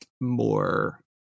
more